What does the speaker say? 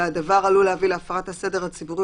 והדבר עלול להביא להפרת הסדר הציבורי